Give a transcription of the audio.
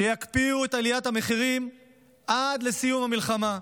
שיקפיאו את עליית המחירים עד לסיום המלחמה.